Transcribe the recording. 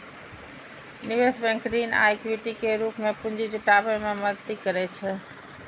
निवेश बैंक ऋण आ इक्विटी के रूप मे पूंजी जुटाबै मे मदति करै छै